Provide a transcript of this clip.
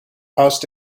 passed